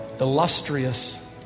illustrious